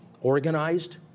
organized